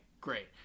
great